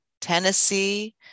Tennessee